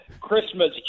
Christmas